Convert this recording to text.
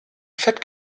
fett